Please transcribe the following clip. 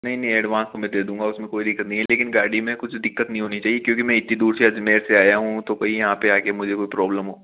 नहीं नहीं एडवान्स तो मैं दे दूँगा उसमें कोई दिक्कत नहीं है लेकिन गाड़ी में कुछ दिक्कत नहीं होनी चाहिए क्योंकि मैं इतनी दूर से अजमेर से आया हूँ तो भाई यहाँ पे आके मुझे कोई प्रॉब्लम हो